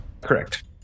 correct